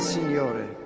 Signore